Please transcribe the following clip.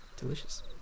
delicious